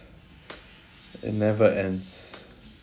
it never ends